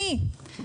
מי?